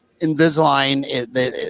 Invisalign